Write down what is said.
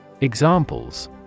Examples